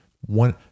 One